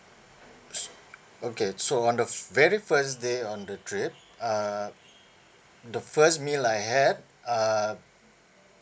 s~ okay so on the f~ very first day on the trip uh the first meal I had uh